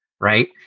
right